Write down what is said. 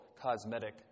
cosmetic